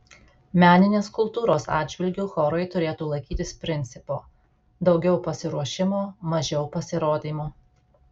meninės kultūros atžvilgiu chorai turėtų laikytis principo daugiau pasiruošimo mažiau pasirodymų